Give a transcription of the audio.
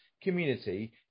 community